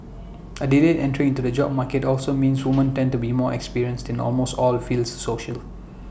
A delayed entry into the job market also means woman tend to be more experienced in almost all fields social